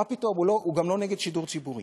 מה פתאום, הוא גם לא נגד שידור ציבורי.